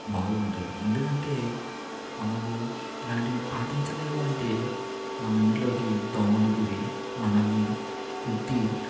బాగుంటుంది ఎందుకంటే మనకు ఇలాంటి పాటించలేదు అంటే మన ఇంట్లోకి దోమలు దూరి మనల్ని కుట్టి